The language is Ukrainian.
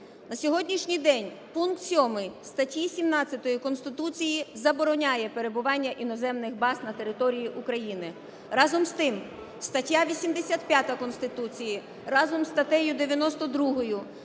На сьогоднішній день пункт 7 статті 17 Конституції забороняє перебування іноземних баз на території України. Разом з тим, стаття 85 Конституції разом з статтею 92